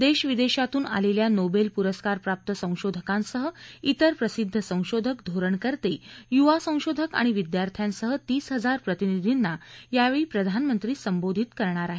देशविदेशातून आलेल्या नोबेल पुरस्कारप्राप्त संशोधकांसह त्वेर प्रसिद्ध संशोधक धोरणकते युवा संशोधक आणि विद्यार्थ्यांसह तीस हजार प्रतिनिधींना यावेळी प्रधानमंत्री संबोधित करणार आहेत